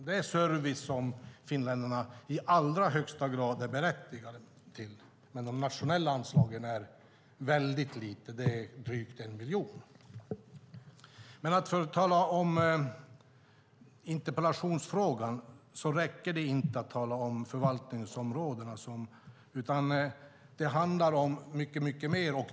Det är service som finländarna i allra högsta grad är berättigade till. Men de nationella anslagen är väldigt lite. Det är drygt 1 miljon. När man talar om frågan i interpellationen räcker det inte att tala om förvaltningsområdena. Det handlar om mycket mer.